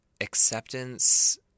acceptance